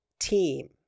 Team